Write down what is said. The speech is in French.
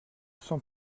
sans